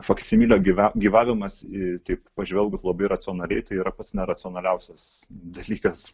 faksimilio gyva gyvavimas taip pažvelgus labai racionaliai tai yra pats neracionaliausias dalykas